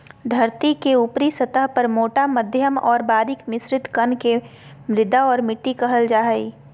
धरतीके ऊपरी सतह पर मोटा मध्यम और बारीक मिश्रित कण के मृदा और मिट्टी कहल जा हइ